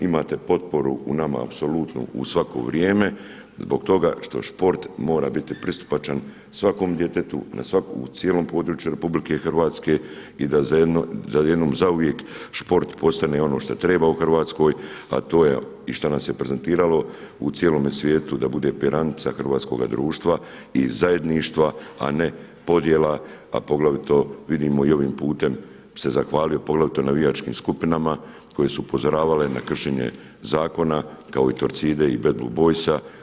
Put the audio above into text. Imate potporu u nama apsolutnu u svako vrijeme zbog toga što sport mora biti pristupačan svakom djetetu, u cijelom području RH i da jednom zauvijek sport postane i ono što treba u Hrvatskoj a to je, i šta nas je prezentiralo u cijelome svijetu da bude perjanica hrvatskoga društva i zajedništva, a ne podjela a poglavito vidimo i ovim putem bi se zahvalio poglavito navijačkim skupinama koje su upozoravale na kršenje zakona kao i Torcide i Bed Blue Boysa.